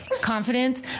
confidence